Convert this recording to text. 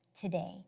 today